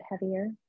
heavier